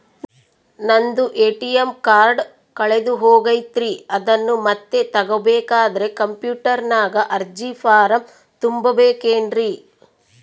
ನಂದು ATM card ಕಳೆದು ಹೋಗೈತ್ರಿ ಅದನ್ನು ಮತ್ತೆ ತಗೋಬೇಕಾದರೆ ಕಂಪ್ಯೂಟರ್ ನಾಗ ಅರ್ಜಿ ಫಾರಂ ತುಂಬಬೇಕನ್ರಿ?